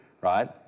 right